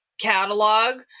catalog